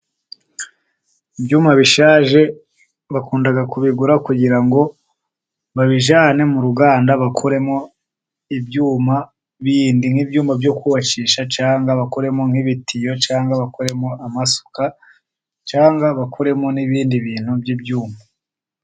Ibyuma bishaje bakunda kubigura kugira ngo babijyane mu ruganda bakoremo ibyuma biindi. Nk'ibyuma byo kubakisha, cyangwa bakoremo nk'ibitiyo, cyangwa bakoremo amasuka, cyangwa bakoremo n'ibindi bintu by'ibyuma.